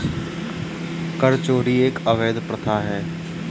कर चोरी एक अवैध प्रथा है